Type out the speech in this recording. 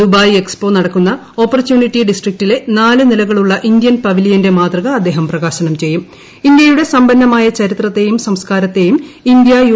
Dubai expo നടക്കുന്ന opportunity ഡിസ്ട്രിക്റ്റിലെ നാല് നിലക്ട്ളൂള്ള ഇന്ത്യൻ പവിലിയന്റെ മാതൃക അദ്ദേഹം പ്രകാശനം ച്ചെയ്യുടെ ഇന്ത്യയുടെ സമ്പന്നമായ ചരിത്രത്തെയും സംസ്ക്കാരത്തെയും ക്ഷ്മന്ത്യ യു